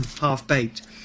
half-baked